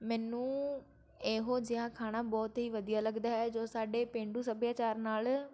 ਮੈਨੂੰ ਇਹੋ ਜਿਹਾ ਖਾਣਾ ਬਹੁਤ ਹੀ ਵਧੀਆ ਲੱਗਦਾ ਹੈ ਜੋ ਸਾਡੇ ਪੇਂਡੂ ਸੱਭਿਆਚਾਰ ਨਾਲ